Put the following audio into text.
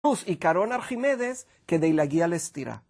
פלטס עקרון ארכימדס, כדי להגיע לסתירה.